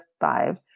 five